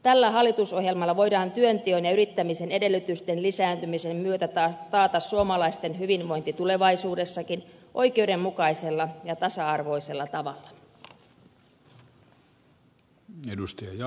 tällä hallitusohjelmalla voidaan työnteon ja yrittämisen edellytysten lisääntymisen myötä taata suomalaisten hyvinvointi tulevaisuudessakin oikeudenmukaisella ja tasa arvoisella tavalla